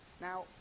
Now